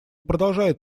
продолжает